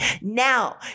Now